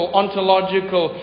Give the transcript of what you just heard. ontological